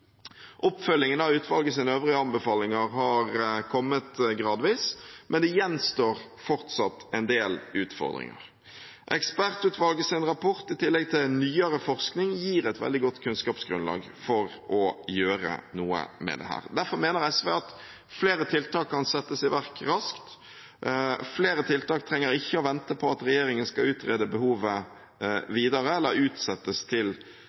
Oppfølgingen av utvalgets øvrige anbefalinger har kommet gradvis, men det gjenstår fortsatt en del utfordringer. Ekspertutvalgets rapport, i tillegg til nyere forskning, gir et veldig godt kunnskapsgrunnlag for å gjøre noe med dette. Derfor mener SV at flere tiltak kan settes i verk raskt, flere tiltak trenger ikke å vente på at regjeringen skal utrede behovet videre, eller utsettes til